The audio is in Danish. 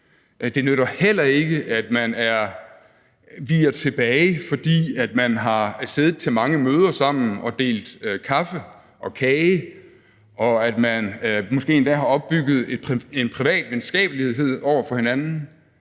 det nytter heller ikke, at man viger tilbage, fordi man har siddet til mange møder sammen og delt kaffe og kage og man måske endda har opbygget en privat venskabelighed med hinanden.